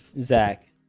Zach